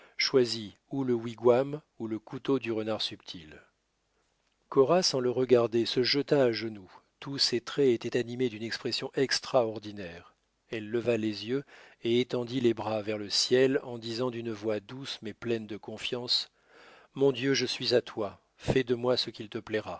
choisis ou le wigwam ou le couteau du renard subtil cora sans le regarder se jeta à genoux tous ses traits étaient animés d'une expression extraordinaire elle leva les yeux et étendit les bras vers le ciel en disant d'une voix douce mais pleine de confiance mon dieu je suis à toi fais de moi ce qu'il te plaira